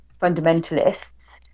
fundamentalists